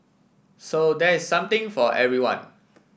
so there is something for everyone